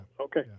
Okay